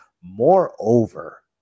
Moreover